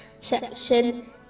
section